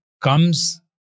comes